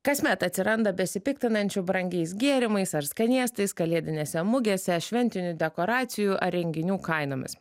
kasmet atsiranda besipiktinančių brangiais gėrimais ar skanėstais kalėdinėse mugėse šventinių dekoracijų ar renginių kainomis